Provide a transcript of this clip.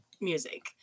music